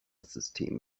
system